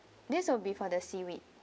this will be for the seaweed